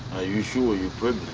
you sure you're